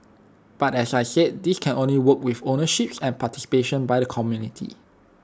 but as I said this can only work with ownerships and participation by the community